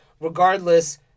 Regardless